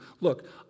Look